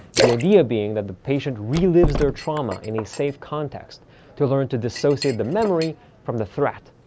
the idea being that the patient relives their trauma in a safe context to learn to dissociate the memory from the threat.